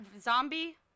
Zombie